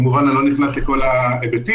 כמובן שאני לא נכנס לכל ההיבטים,